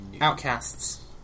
Outcasts